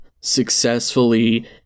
successfully